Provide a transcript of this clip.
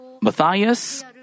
Matthias